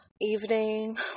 evening